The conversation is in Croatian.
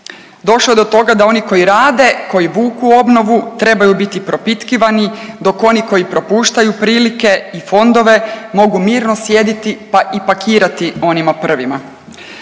Došlo je do toga da oni koji rade, koji vuku obnovu trebaju biti propitkivani, dok oni koji propuštaju prilike i fondove mogu mirno sjediti, pa i pakirati onima prvima.